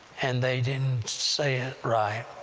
and they didn't say it right,